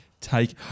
take